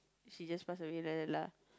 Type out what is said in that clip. she just passed away like that lah